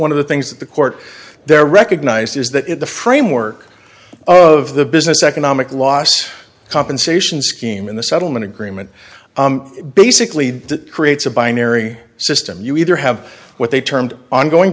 one of the things that the court there recognised is that in the framework of the business economic loss compensation scheme in the settlement agreement basically that creates a binary system you either have what they termed ongoing